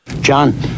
John